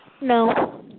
No